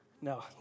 No